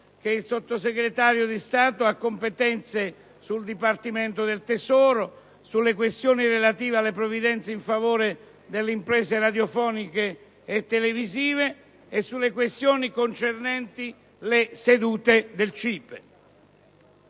che il Sottosegretario di Stato ha competenze sul dipartimento del tesoro, sulle questioni relative alle provvidenze in favore delle imprese radiofoniche e televisive e sulle questioni concernenti le sedute del CIPE.